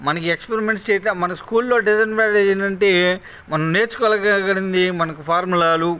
మనకి ఎక్స్పరిమెంట్స్ చేత మన స్కూల్లో డిస్అడ్వాన్టేజ్ ఏమిటి అంటే మనం నేర్చుకోగలగంది మనకు ఫార్ములాలు